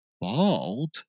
Bald